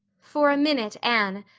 for a minute anne,